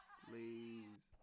please